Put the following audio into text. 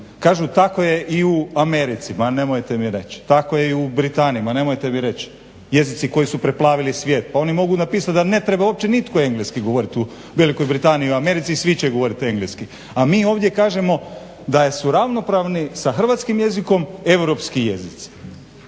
kažu tako je i u Americi. Ma nemojte mi reč! Tako je i u Britaniji. Ma nemojte mi reč! Jezici koji su preplavili svijet. Pa oni mogu napisati da ne treba uopće nitko engleski govoriti u Velikoj Britaniji i u Americi i svi će govoriti engleski, a mi ovdje kažemo da su ravnopravni sa hrvatskim jezikom europski jezici.